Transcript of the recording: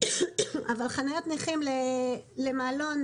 אבל חניות נכים למעלון,